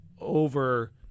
over